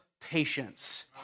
patience